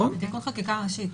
בתיקון חקיקה ראשית.